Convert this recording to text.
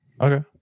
Okay